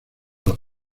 los